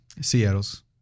Seattle's